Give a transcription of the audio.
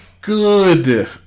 good